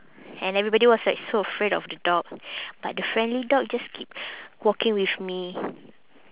and everybody was like so afraid of the dog but the friendly dog just keep walking with me